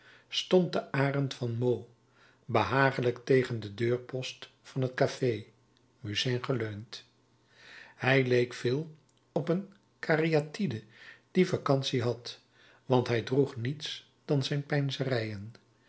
stond de arend van meaux behagelijk tegen den deurpost van het café musain geleund hij leek veel op een cariatide die vacantie had want hij droeg niets dan zijn peinzerijen